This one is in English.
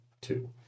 two